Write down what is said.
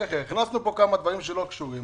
הכנסנו פה כמה דברים שלא קשורים.